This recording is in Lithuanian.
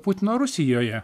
putino rusijoje